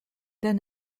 dan